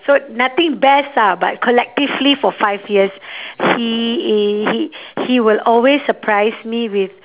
so nothing best ah but collectively for five years he i~ he he will always surprise me with